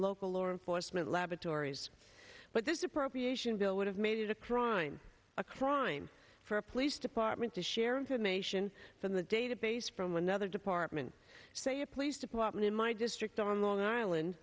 local law enforcement laboratories but this appropriation bill would have made it across a crime for a police department to share information from the database from another department say a police department in my district on long island